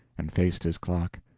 and faced his clock.